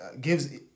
gives